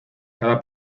cada